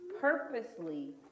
purposely